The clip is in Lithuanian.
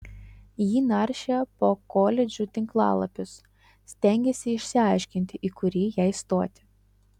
ji naršė po koledžų tinklalapius stengėsi išsiaiškinti į kurį jai stoti